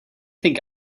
think